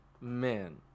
Man